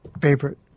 favorite